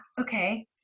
Okay